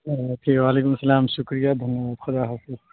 okay و علیکم السلام شکریہ دھنیہ واد خدا حافظ